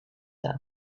tard